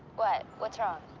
what? what's wrong?